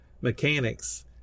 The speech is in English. mechanics